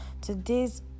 today's